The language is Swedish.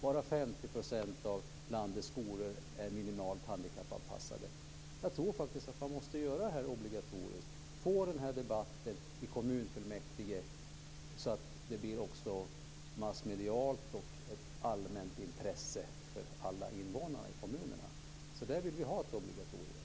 Bara 50 % av landets skolor är minimalt handikappanpassade. Jag tror faktiskt att man måste göra detta obligatoriskt och få den här debatten i kommunfullmäktige så att detta också blir ett massmedialt intresse och ett allmänt intresse för alla invånare i kommunerna. Där vill vi ha ett obligatorium.